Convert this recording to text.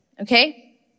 Okay